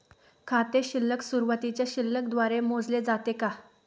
खाते शिल्लक सुरुवातीच्या शिल्लक द्वारे मोजले जाते का?